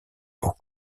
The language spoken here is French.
pour